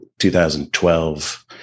2012